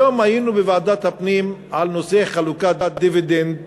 היום היינו בוועדת הפנים על נושא חלוקת דיבידנד